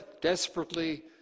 desperately